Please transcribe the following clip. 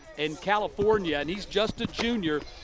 and california. and he's just a junior.